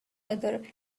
other